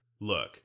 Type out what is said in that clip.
look